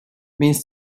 minns